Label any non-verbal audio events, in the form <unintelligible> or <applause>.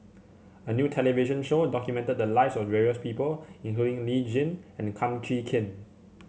a new television show documented the lives of various people <unintelligible> Lee Tjin and Kum Chee Kin